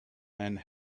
and